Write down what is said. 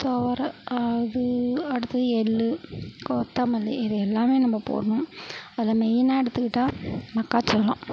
துவர அது அடுத்தது எள்ளு கொத்தமல்லி இதை எல்லாமே நம்ம போடுணும் அதை மெய்னாக எடுத்துக்கிட்டால் மக்காச்சோளம்